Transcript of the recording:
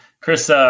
Chris